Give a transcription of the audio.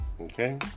Okay